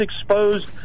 exposed